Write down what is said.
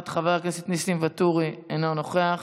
נוכחת, חבר הכנסת ניסים ואטורי, אינו נוכח.